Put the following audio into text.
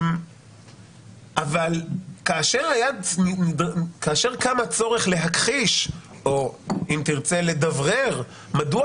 אבל כאשר קם הצורך להכחיש או לדברר מדוע